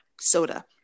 Soda